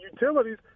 utilities